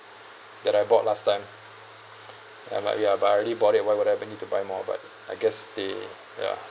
that I bought last time I'm like ya but I already bought it why would I need to buy more but I guess they ya